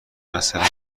مساله